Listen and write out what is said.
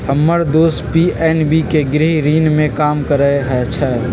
हम्मर दोस पी.एन.बी के गृह ऋण में काम करइ छई